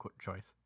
choice